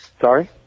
Sorry